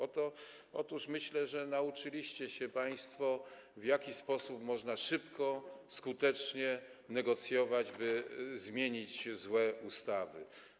Otóż myślę, że nauczyliście się państwo, w jaki sposób można szybko, skutecznie negocjować, by zmienić złe ustawy.